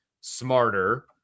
smarter